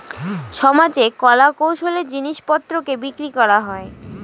সমাজে কলা কৌশলের জিনিস পত্রকে বিক্রি করা হয়